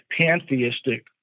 pantheistic